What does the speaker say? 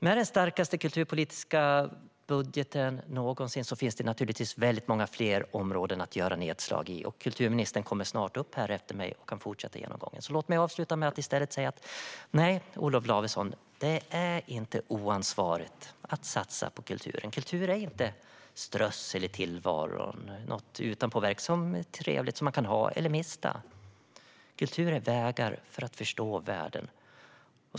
Med den starkaste kulturpolitiska budgeten någonsin finns det naturligtvis många fler områden att göra nedslag i. Kulturministern kommer snart upp efter mig i talarstolen för att fortsätta genomgången. Låt mig avsluta med att säga följande. Nej, Olof Lavesson, det är inte oansvarigt att satsa på kultur. Kultur är inte strössel i tillvaron, något utanpåverk som är trevligt att ha eller mista. Kultur är vägar för att förstå världen.